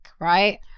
right